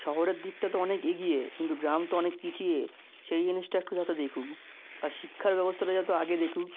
শহরের দিকটা তো অনেক এগিয়ে কিন্তু গ্রাম তো অনেক পিছিয়ে সেই জিনিসটা একটু যাতে দেখুক আর শিক্ষার ব্যবস্থাটা যত আগে দেখুক